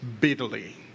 bitterly